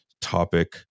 topic